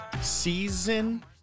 Season